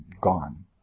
gone